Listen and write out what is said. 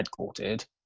headquartered